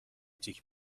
تیک